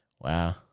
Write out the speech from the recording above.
Wow